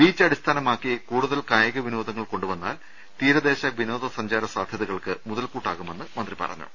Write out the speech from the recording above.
beach അടിസ്ഥാനമാക്കി കൂടുതൽ കായിക വിനോദങ്ങൾ കൊണ്ടുവന്നാൽ തീരദേശ വിനോദ സഞ്ചാര സാധൃതകൾക്ക് മുതൽകൂട്ടാകുമെന്നും മന്ത്രി പറഞ്ഞു